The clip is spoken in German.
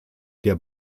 der